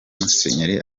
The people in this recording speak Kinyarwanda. musenyeri